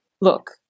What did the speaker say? look